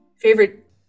Favorite